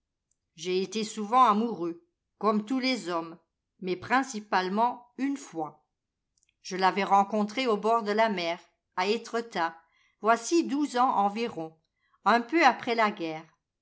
j'ai été souvent amoureux comme tous les hommes mais principalement une fois je l'avais rencontrée au bord de la mer à étretat voici douze ans environ un peu après la guerre